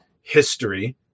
history